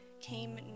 came